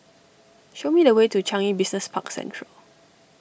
show me the way to Changi Business Park Central